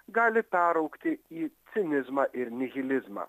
gali peraugti į cinizmą ir nihilizmą